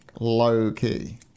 low-key